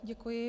Děkuji.